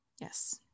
yes